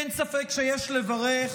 אין ספק שיש לברך